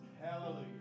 hallelujah